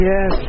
Yes